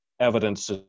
evidence